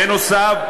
בנוסף,